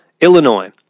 Illinois